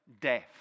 death